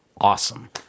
awesome